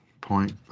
point